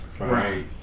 right